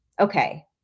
Okay